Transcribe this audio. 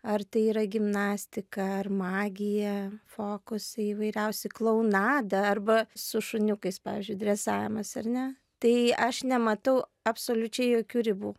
ar tai yra gimnastika ar magija fokusai įvairiausi klounada arba su šuniukais pavyzdžiui dresavimas ar ne tai aš nematau absoliučiai jokių ribų